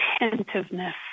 attentiveness